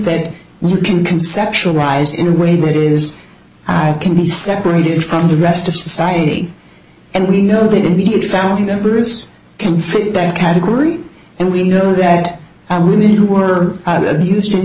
bed you can conceptualize in a way that is i can be separated from the rest of society and we know that immediate family members can flip that category and we know that women who were abused